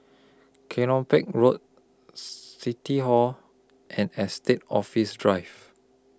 Kelopak Road City Hall and Estate Office Drive